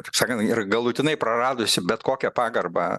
kaip sakant yra galutinai praradusi bet kokią pagarbą